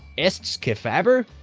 estes kefauver?